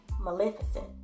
Maleficent